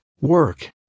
work